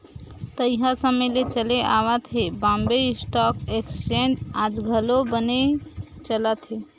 तइहा समे ले चले आवत ये बॉम्बे स्टॉक एक्सचेंज आज घलो बनेच चलत हे